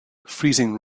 freezing